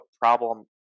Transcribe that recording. problem